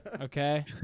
Okay